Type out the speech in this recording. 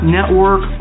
Network